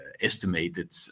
estimated